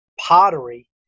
pottery